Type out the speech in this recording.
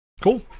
Cool